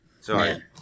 Sorry